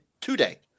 Today